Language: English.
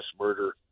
murder